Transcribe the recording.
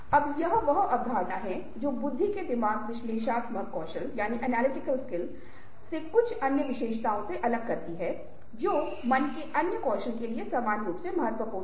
अब यह वह अवधारणा है जो बुद्धि को दिमाग विश्लेषणात्मक कौशल से कुछ अन्य विशेषताओं से अलग करती है जो मन के अन्य कौशल के लिए समान रूप से महत्वपूर्ण हैं